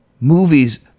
movies